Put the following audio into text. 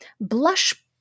Blush